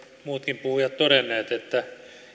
muutkin puhujat todenneet että